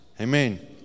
amen